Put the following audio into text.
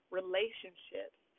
relationships